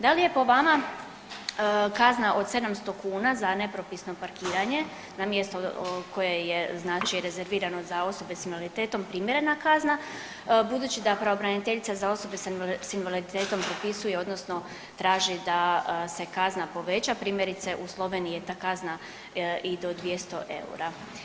Da li je po vama kazna od 700 kuna za nepropisno parkiranje na mjesto koje je znači rezervirano za osobe s invaliditetom primjerena kazna budući da pravobraniteljica za osobe s invaliditetom propisuje odnosno traži da se kazna poveća, primjerice u Sloveniji je ta kazna i do 200 eura?